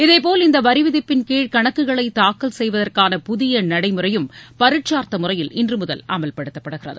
இதேபோல் இந்த வரிவிதிப்பின் கீழ் கணக்குகளை தாக்கல் செய்வதற்கான புதிய நடைமுறையும் பரிச்சார்த்த முறையில் இன்றுமுதல் அமல்படுத்தப்படுகிறது